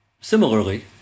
Similarly